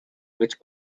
which